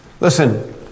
Listen